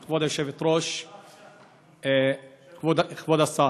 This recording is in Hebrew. כבוד היושבת-ראש, כבוד השר,